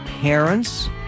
parents